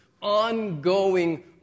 ongoing